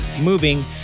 moving